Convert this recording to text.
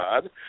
God